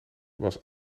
was